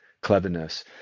cleverness